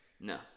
No